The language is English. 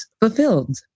fulfilled